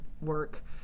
work